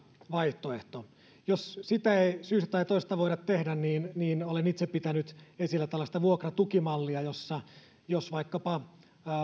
vaihtoehto jos sitä ei syystä tai toisesta voida tehdä niin niin olen itse pitänyt esillä tällaista vuokratukimallia jossa jos vaikkapa